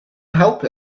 help